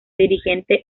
dirigente